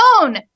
own